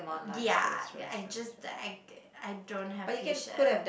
ya I just I I don't have patience